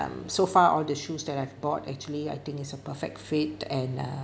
um so far all the shoes that I've bought actually I think it's a perfect fit and uh